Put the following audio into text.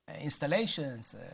installations